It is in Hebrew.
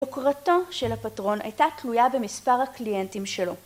‫יוקרתו של הפטרון הייתה תלויה ‫במספר הקליינטים שלו.